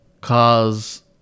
cause